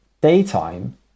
daytime